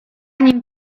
nim